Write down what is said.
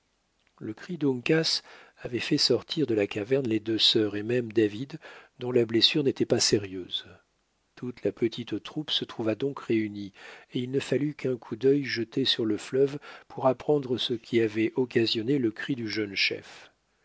le cri d'uncas avait fait sortir de la caverne les deux sœurs et même david dont la blessure n'était pas sérieuse toute la petite troupe se trouva donc réunie et il ne fallut qu'un coup d'œil jeté sur le fleuve pour apprendre ce qui avait occasionné le cri du jeune chef